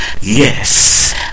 Yes